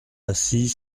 assis